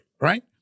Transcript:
right